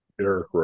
Eric